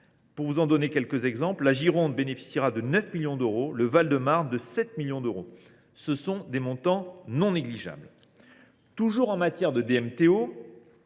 dès cette année. Par exemple, la Gironde bénéficiera de 9 millions d’euros, le Val de Marne, de 7 millions d’euros ; ce sont des montants non négligeables. Toujours en matière de DMTO,